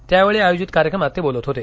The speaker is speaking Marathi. त्यावेळी आयोजित कार्यक्रमात ते बोलत होते